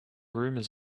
rumors